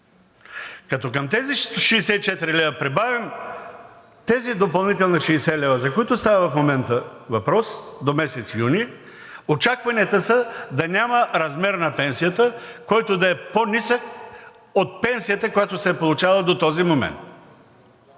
Като към тези 64 лв. прибавим тези допълнителни 60 лв., за които става в момента въпрос – до месец юни, очакванията са да няма размер на пенсията, който да е по-нисък от пенсията, която се е получавала до този момент